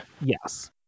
yes